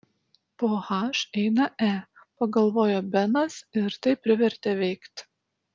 po h eina e pagalvojo benas ir tai privertė veikti